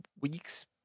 weeks